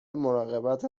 مراقبت